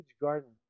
garden